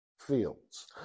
Fields